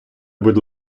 будь